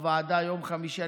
בוועדה, יום חמישי.